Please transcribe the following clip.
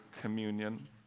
communion